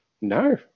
No